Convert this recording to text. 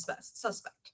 suspect